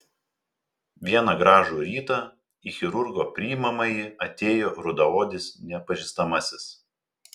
vieną gražų rytą į chirurgo priimamąjį atėjo rudaodis nepažįstamasis